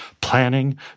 planning